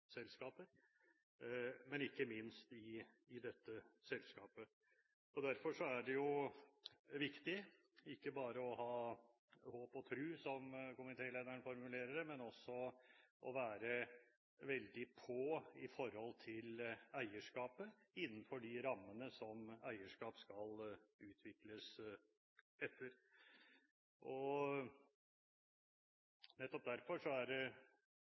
men ikke minst i dette selskapet. Derfor er det viktig ikke bare å ha håp og tro, som komitélederen formulerte det, men også å være veldig «på» når det gjelder eierskapet innenfor de rammene som eierskap skal utvikles etter. Nettopp derfor er det